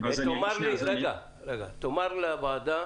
תאמר לוועדה